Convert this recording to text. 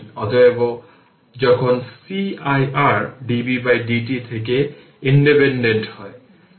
অতএব যখন c i r dbdt থেকে ইন্ডিপেন্ডেন্ট হয়